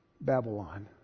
Babylon